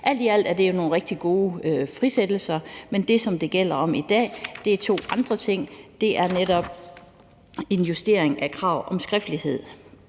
Alt i alt er det nogle rigtig gode frisættelser. Men det, som det gælder om i dag, er to andre ting: Den ene er en justering af krav om skriftlighed,